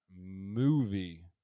movie